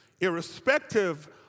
Irrespective